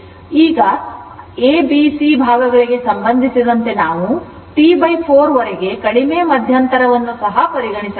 ಈಗ ಆದ್ದರಿಂದ a b c ಭಾಗಗಳಿಗೆ ಸಂಬಂಧಿಸಿದಂತೆ ನಾವು T 4 ವರೆಗೆ ಕಡಿಮೆ ಮಧ್ಯಂತರವನ್ನು ಸಹ ಪರಿಗಣಿಸಬಹುದು